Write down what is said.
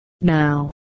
Now